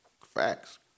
Facts